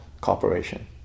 Corporation